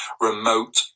remote